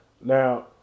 Now